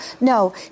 No